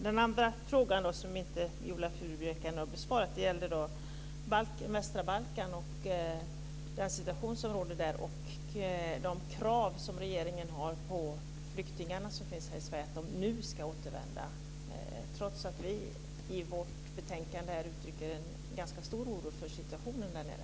Den andra frågan, som Viola Furubjelke inte besvarade, gäller den situation som råder på västra Balkan och de krav som regeringen ställer på att de flyktingar som finns här i Sverige ska återvända nu, trots att det i betänkandet uttrycks en ganska stor oro för situationen där nere.